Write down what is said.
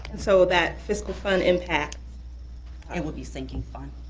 and so that fiscal fund impact it would be sinking fund.